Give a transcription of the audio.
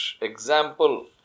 example